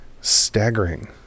staggering